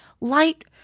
light